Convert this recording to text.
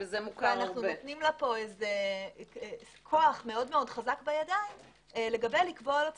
ואנו נותנים לה פה כוח מאוד חזק בידיים לגבי לקבוע לו תנאים.